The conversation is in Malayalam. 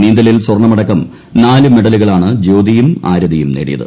നീന്തലിൽ സ്വർണ്ണമടക്കം നാല് മെഡലുകളാണ് ജ്യോതിയും ആരതിയും നേടിയത്